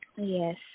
Yes